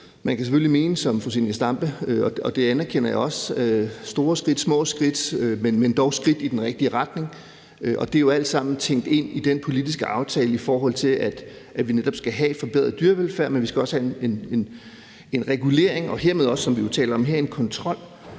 store skridt eller små skridt, og det anerkender jeg også, men det er dog skridt i den rigtige retning, og det er jo alt sammen tænkt ind i den politiske aftale, i forhold til at vi netop skal have en forbedret dyrevelfærd, men vi skal også have en regulering og dermed også, som vi har talt om her, en kontrol,